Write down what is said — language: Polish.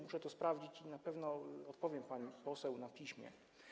Muszę to sprawdzić i na pewno odpowiem pani poseł na piśmie.